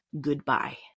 goodbye